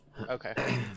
Okay